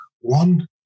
One